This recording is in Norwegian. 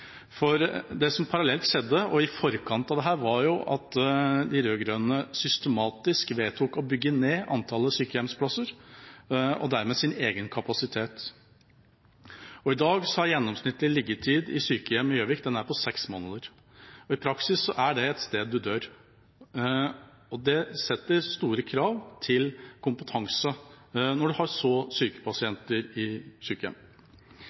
for det som parallelt skjedde, og i forkant av dette, var jo at de rød-grønne systematisk vedtok å bygge ned antallet sykehjemsplasser og dermed sin egen kapasitet. I dag er gjennomsnittlig liggetid i sykehjem i Gjøvik seks måneder. I praksis er det et sted man dør. Det setter store krav til kompetanse når man har så syke pasienter i sykehjem.